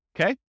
Okay